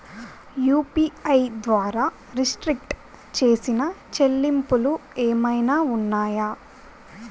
UPI ద్వారా restrict చేసిన చెల్లింపులు ఏమైనా ఉన్నాయా?